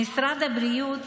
משרד הבריאות